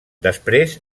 després